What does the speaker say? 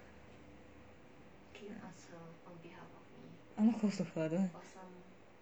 I'm not close to her I don't have